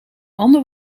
ander